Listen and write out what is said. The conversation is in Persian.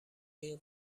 این